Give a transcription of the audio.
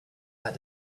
had